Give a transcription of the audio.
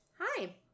Hi